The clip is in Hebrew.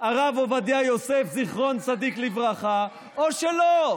הרב עובדיה יוסף, זיכרון צדיק לברכה, או שלא.